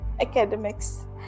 academics